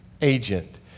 agent